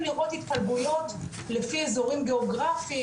לראות התפלגויות לפי אזורים גאוגרפים,